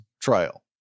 trial